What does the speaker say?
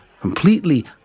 completely